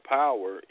power